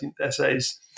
essays